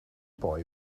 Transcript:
boy